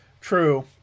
True